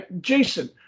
Jason